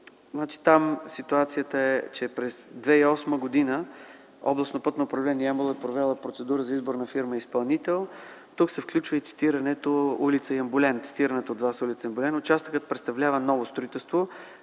там ситуацията е, че през 2008 г. Областно пътно управление – Ямбол е провело процедура за избор на фирма изпълнител. Тук се включва и цитираната от вас ул. Ямболен. Участъкът представлява ново строителство,